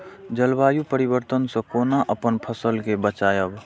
जलवायु परिवर्तन से कोना अपन फसल कै बचायब?